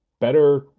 better